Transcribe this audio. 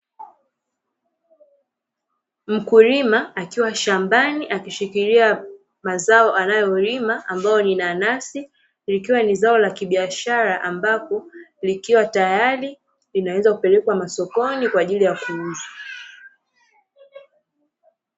Mkulima akiwa shambani akishikilia mazao anayolima ambayo ni nanasi, likiwa ni zao la kibiashara ambapo likiwa tayari linaweza kupelekwa sokoni kwa ajili ya kuuzwa.